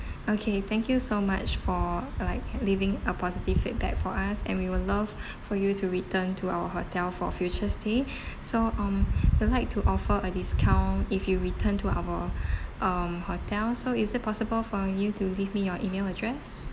okay thank you so much for like leaving a positive feedback for us and we would love for you to return to our hotel for future stay so um we would like to offer a discount if you return to our um hotel so is it possible for you to leave me your email address